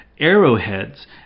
Arrowheads